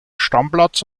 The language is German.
stammplatz